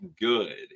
good